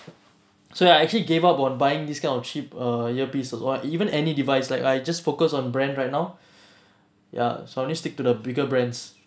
so I actually gave up on buying this kind of cheap uh ear piece or what even any device like I just focused on brand right now ya so I only stick to the bigger brands